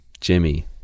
Jimmy